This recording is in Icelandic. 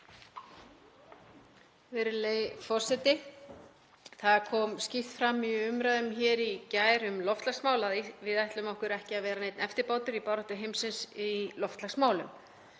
Það kom skýrt fram í umræðum hér í gær um loftslagsmál að við ætlum okkur ekki að vera neinir eftirbátar í baráttu heimsins í loftslagsmálum